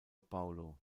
paolo